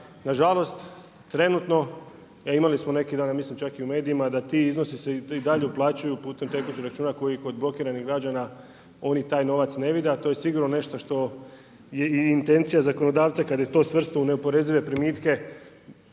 nažalost trenutno, a imali smo neki dan, ja mislim čak i u medijima da ti iznosi se i dalje uplaćuju putem tekućeg računa koji kod blokiranih građana oni taj novac ne vide, a to je sigurno nešto što je i intencija zakonodavca kad je to svrstao u neoporezive primitke,